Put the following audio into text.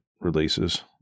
releases